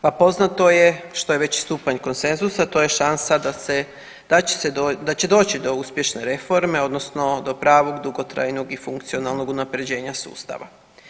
Pa poznato je što je veći stupanj konsenzusa to je šansa da će doći do uspješne reforme odnosno do pravog, dugotrajnog i funkcionalnog unaprjeđenja sustava.